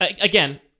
Again